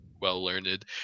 well-learned